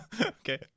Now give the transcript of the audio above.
Okay